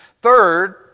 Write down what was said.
Third